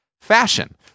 fashion